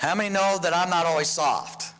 how many know that i'm not always soft